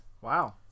Wow